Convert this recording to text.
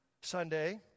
Sunday